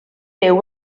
byw